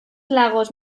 lagos